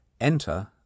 Enter